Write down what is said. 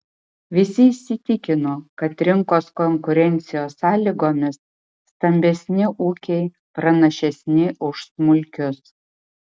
visi įsitikino kad rinkos konkurencijos sąlygomis stambesni ūkiai pranašesni už smulkius